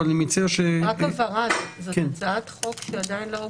אני מציע -- רק הבהרה זאת הצעת חוק שעדין לא הוגשה.